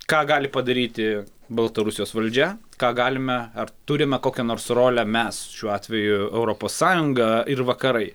ką gali padaryti baltarusijos valdžia ką galime ar turime kokią nors rolę mes šiuo atveju europos sąjunga ir vakarai